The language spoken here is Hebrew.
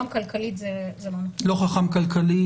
גם כלכלית זה --- לא חכם כלכלית,